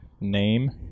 name